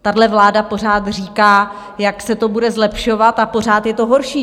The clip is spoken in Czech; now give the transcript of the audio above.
Tato vláda pořád říká, jak se to bude zlepšovat, a pořád je to horší.